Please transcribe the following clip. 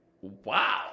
Wow